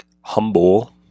humble